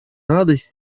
радость